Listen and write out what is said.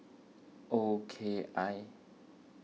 O K I